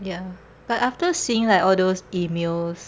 ya but after seeing like all those emails